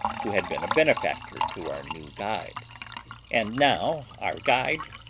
who had been a benefactor to our new guide and now our guide,